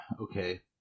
okay